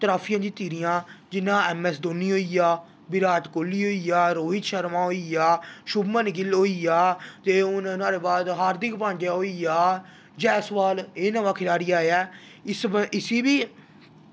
ट्राफियां जित्ती दियां जि'यां ऐम्म ऐस्स धोनी होई गेआ विराट कोह्ली होई गेआ रोहित शर्मा होई गेआ शुभम गिल होई गेआ ते हून नोह्ड़े बाद हार्दिक पांडिया होई गेआ जैसबाल एह् नमां खलाड़ी आया ऐ इस्सी बी